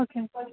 okay